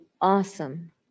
awesome